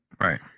Right